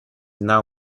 now